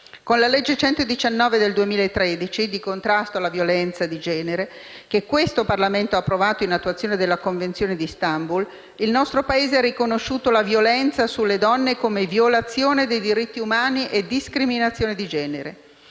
Con la legge n. 119 del 2013 di contrasto alla violenza di genere, che questo Parlamento ha approvato in attuazione della Convenzione di Istanbul, il nostro Paese ha riconosciuto la violenza sulle donne come violazione dei diritti umani e discriminazione di genere.